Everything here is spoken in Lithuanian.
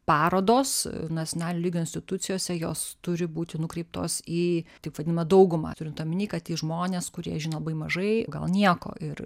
parodos nacionalinio lygio institucijose jos turi būti nukreiptos į taip vadinamą daugumą turint omeny kad tie žmonės kurie žino labai mažai gal nieko ir